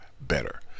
better